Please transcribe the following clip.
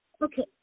Okay